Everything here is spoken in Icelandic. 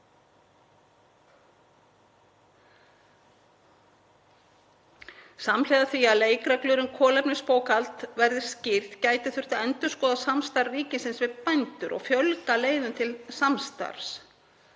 Samhliða því að leikreglur um kolefnisbókhald verði skýrðar gæti þurft að endurskoða samstarf ríkisins við bændur og fjölga leiðum til samstarfs,